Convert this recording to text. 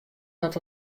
dat